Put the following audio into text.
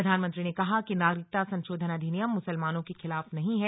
प्रधानमंत्री ने कहा कि नागरिकता संशोधन अधिनियम मुसलमानों के खिलाफ नहीं है